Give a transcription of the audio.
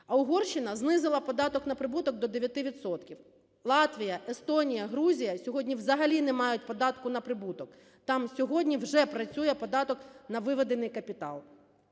А Угорщина знизила податок на прибуток до 9 відсотків. Латвія, Естонія, Грузія сьогодні взагалі не мають податку на прибуток, там сьогодні вже працює податок на виведений капітал.